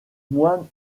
mois